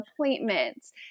appointments